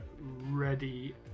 ready